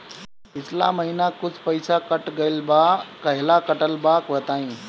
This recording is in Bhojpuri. पिछला महीना कुछ पइसा कट गेल बा कहेला कटल बा बताईं?